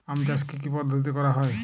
আম চাষ কি কি পদ্ধতিতে করা হয়?